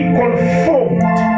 conformed